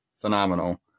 phenomenal